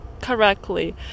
correctly